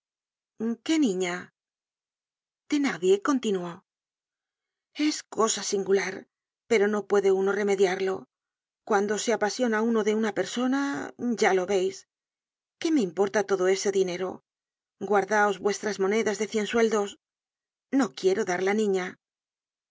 qué niña thenardier continuó es cosa singular pero no puede uno remediarlo cuando se apasiona uno de una persona ya lo veis qué me importa todo ese dinero guardaos vuestras monedas de cien sueldos no quiero dar la niña